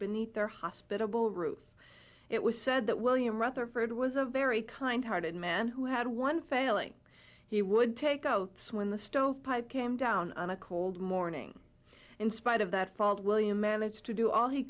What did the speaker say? beneath their hospitable roofs it was said that william rutherford was a very kind hearted man who had one failing he would take oaths when the stovepipe came down on a cold morning in spite of that fault william managed to do all he